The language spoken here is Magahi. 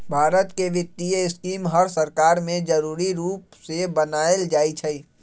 भारत के वित्तीय स्कीम हर सरकार में जरूरी रूप से बनाएल जाई छई